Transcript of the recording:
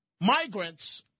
Migrants